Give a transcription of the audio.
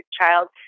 child